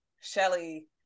Shelly